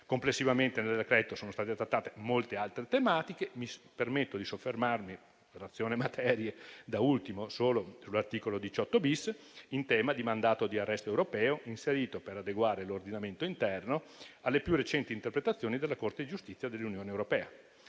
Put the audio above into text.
Complessivamente, nel decreto-legge sono state trattate molte altre tematiche. Mi permetto di soffermarmi da ultimo, *ratione materiae*, sull'articolo 18-*bis* in tema di mandato di arresto europeo, inserito per adeguare l'ordinamento interno alle più recenti interpretazioni della Corte di giustizia dell'Unione europea.